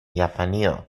japanio